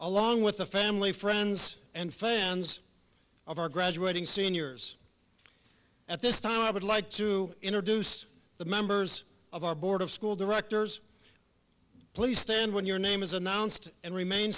along with the family friends and fans of our graduating seniors at this time i would like to introduce the members of our board of school directors please stand when your name is announced and remain